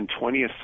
20th